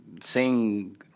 Sing